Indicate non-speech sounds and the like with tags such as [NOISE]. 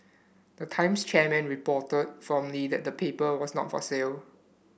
the Times chairman [UNINTELLIGIBLE] firmly that the paper was not for sale